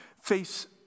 face